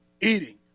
eating